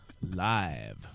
live